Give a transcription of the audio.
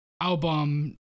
album